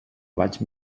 vaig